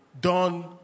done